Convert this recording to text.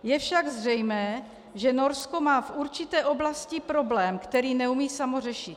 Je však zřejmé, že Norsko má v určité oblasti problém, který neumí samo řešit.